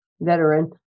veteran